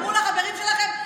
תדברו לחברים שלכם.